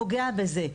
נוגע בזה,